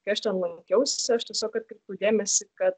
kai aš ten lankiausi aš tiesiog atkreipiau dėmesį kad